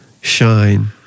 Shine